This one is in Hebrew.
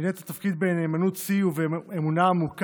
מילאת את התפקיד בנאמנות שיא ובאמונה עמוקה,